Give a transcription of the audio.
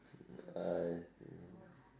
I see